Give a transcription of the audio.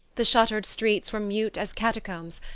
the shuttered streets were mute as catacombs,